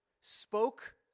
spoke